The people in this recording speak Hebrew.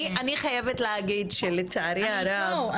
אני חייבת להגיד שלצערי הרב,